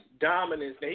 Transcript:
dominance